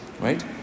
right